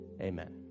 Amen